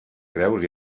creus